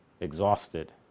exhausted